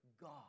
God